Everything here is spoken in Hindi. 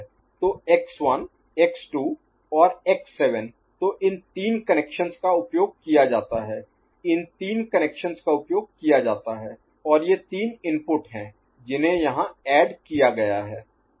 y x1 x2 x7 तो एक्स 1 एक्स 2 और एक्स 7 तो इन तीन कनेक्शंस का उपयोग किया जाता है इन तीन कनेक्शंस का उपयोग किया जाता है और ये तीन इनपुट हैं जिन्हें यहां ऐड किया गया है